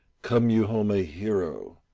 come you home a hero,